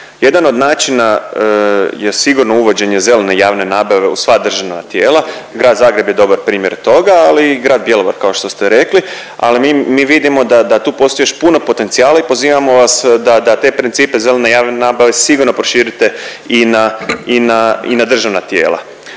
Jedan od načina je sigurno uvođenje zelene javne nabave u sva državna tijela, grad Zagreb je dobar primjer toga, ali i grad Bjelovar, kao što ste rekli, ali mi vidimo da tu postoji još puno potencijala i pozivamo vas da te principe zelene javne nabave sigurno proširite i na državna tijela.